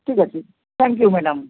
ঠিক আছে thank you madam